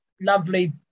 Lovely